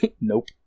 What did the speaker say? nope